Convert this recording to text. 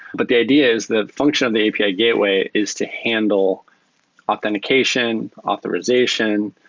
but the idea is the function of the api gateway is to handle authentication, authorization,